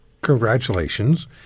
congratulations